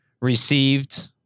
received